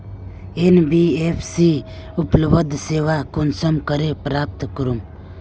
NBFC उपलब्ध सेवा कुंसम करे प्राप्त करूम?